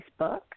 Facebook